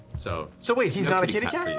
so so wait, he's not a kitty cat?